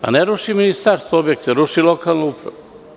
Ne ruši Ministarstvo objekte, ruši lokalna uprava.